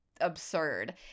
absurd